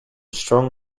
strong